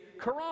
quran